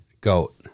goat